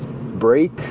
break